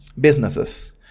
businesses